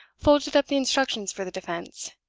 folded up the instructions for the defense,